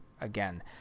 again